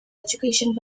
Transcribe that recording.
educational